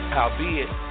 Howbeit